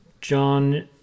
John